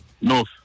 North